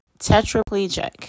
tetraplegic